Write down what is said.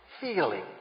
feeling